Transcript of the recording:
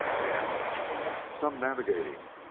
and some navigating!